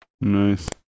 Nice